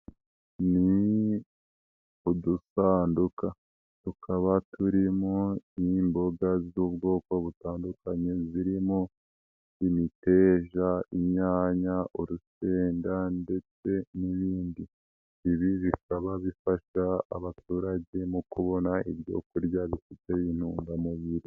Ni udusanduka, tukaba turimo imboga z'ubwoko butandukanye, zirimo bimiteja, inyanya, urusenda ndetse n'ibindi, ibi bikaba bifasha abaturage mu kubona ibyo kurya, bifite intungamubiri.